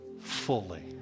fully